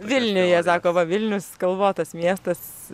vilniuje sako va vilnius kalvotas miestas